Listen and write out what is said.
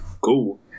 Cool